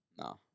No